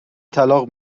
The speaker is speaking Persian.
طلاق